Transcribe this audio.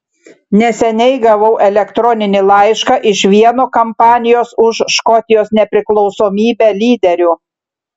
neseniai gavau elektroninį laišką iš vieno kampanijos už škotijos nepriklausomybę lyderių